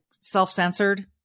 self-censored